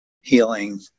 healing